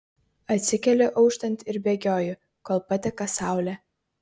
atsikeliu auštant ir bėgioju kol pateka saulė